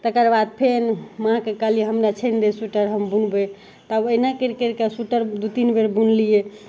तकरबाद फेन माँके कहलियै हमरा छानि दे स्वीटर हम बुनबय तब अहिना करि करि कऽ स्वीटर दू तीन बेर बुनलियै